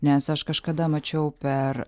nes aš kažkada mačiau per